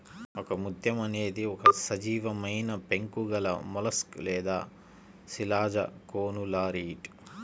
ఒకముత్యం అనేది ఒక సజీవమైనపెంకు గలమొలస్క్ లేదా శిలాజకోనులారియిడ్